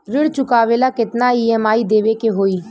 ऋण चुकावेला केतना ई.एम.आई देवेके होई?